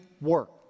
work